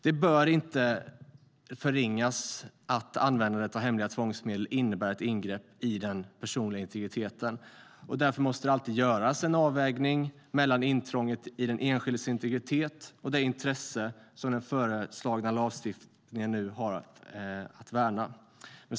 Det bör inte förringas att användandet av hemliga tvångsmedel innebär ett ingrepp i den personliga integriteten. Därför måste det alltid göras en avvägning mellan intrånget i den enskildes integritet och det intresse som den föreslagna lagstiftningen nu har att värna.